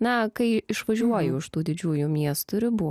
na kai išvažiuoju iš tų didžiųjų miestų ribų